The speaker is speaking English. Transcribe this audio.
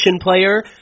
player